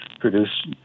produce